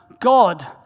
God